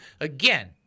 again